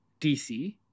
DC